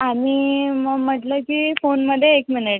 आणि मग म्हटलं की फोनमध्ये एक मिनिट